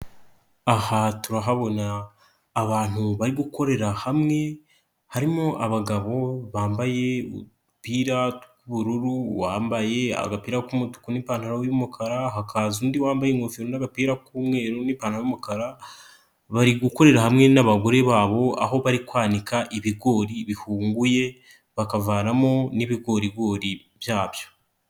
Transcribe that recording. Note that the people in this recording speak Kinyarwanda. Aha turahabona abantu bari gukorera hamwe. Harimo abagabo bambaye udupira tw'ubururu, uwambaye agapira k'umutuku n'ipantaro y'umukara, hakaza undi wambaye ingofero n'agapira k'umweru n'ipantaro y'umukara. Bari gukorera hamwe n'abagore babo, aho bari kwanika ibigori bihunguye bakavanamo n'ibigorigori byabyo.